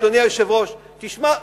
אדוני היושב-ראש: תשמע,